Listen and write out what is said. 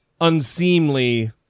unseemly